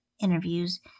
interviews